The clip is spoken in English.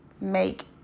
make